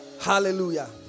hallelujah